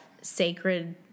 sacred